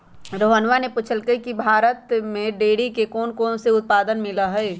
रोहणवा ने पूछल कई की भारत में डेयरी के कौनकौन से उत्पाद मिला हई?